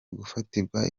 gufatirwa